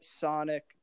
Sonic